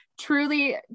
truly